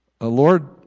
Lord